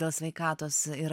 dėl sveikatos ir